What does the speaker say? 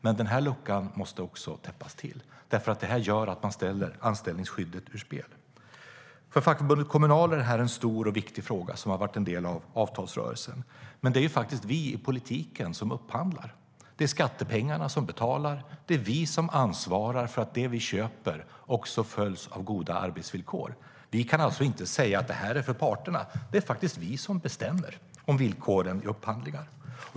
Men den här luckan måste täppas till, för den gör att man sätter anställningsskyddet ur spel. För fackförbundet Kommunal är detta en stor och viktig fråga som har varit en del av avtalsrörelsen. Men det är faktiskt vi i politiken som upphandlar. Det är skattepengar som betalar. Det är vi som ansvarar för att det vi köper också följs av goda arbetsvillkor. Vi kan alltså inte säga att detta är något för parterna att besluta om. Det är faktiskt vi som bestämmer villkoren vid upphandlingar.